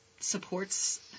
supports